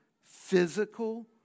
physical